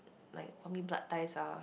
like how many blood ties are